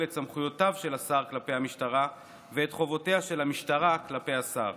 את סמכויותיו של השר כלפי המשטרה ואת חובותיה של המשטרה כלפי השר